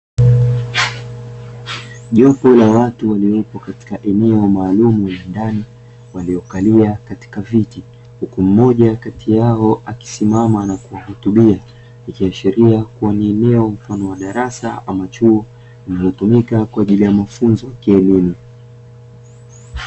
Jopo la watu waliopo katika eneo maalumu la ndani waliokalia katika viti, huku mmoja kati yao akisimama na kuhutubia, ikiashiria kuwa ni eneo mfano wa darasa ama chuo, linalotumika kwa ajili ya mafunzo ya kielimu.